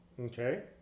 Okay